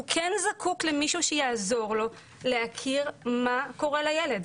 הוא כן זקוק למישהו שיעזור לו להכיר מה קורה לילד,